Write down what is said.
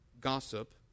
gossip